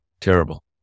terrible